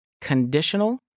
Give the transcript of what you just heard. conditional